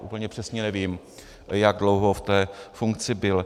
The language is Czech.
Úplně přesně nevím, jak dlouho v té funkci byl.